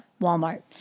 Walmart